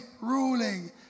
ruling